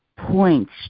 points